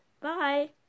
Bye